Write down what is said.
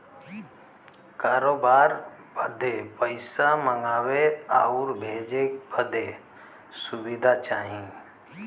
करोबार बदे पइसा मंगावे आउर भेजे बदे सुविधा चाही